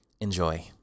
Enjoy